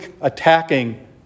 attacking